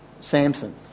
Samson